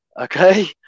Okay